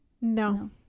No